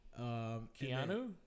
Keanu